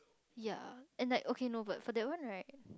ya and like okay no but for that one right